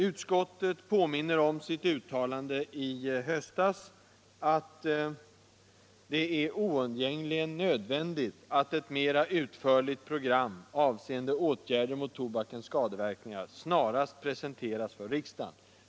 Utskottet påminner om sitt uttalande i höstas att det är ”oundgängligen nödvändigt att ett mera utförligt program avseende åtgärder mot tobakens skadeverkningar snarast presenteras för riksdagen”.